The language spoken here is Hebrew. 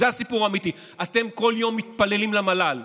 אתם כל יום מתפללים למל"ל.